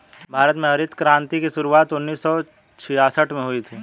भारत में हरित क्रान्ति की शुरुआत उन्नीस सौ छियासठ में हुई थी